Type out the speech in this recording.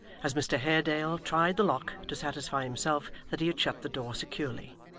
as mr haredale tried the lock to satisfy himself that he had shut the door securely,